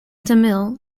tamil